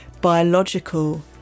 biological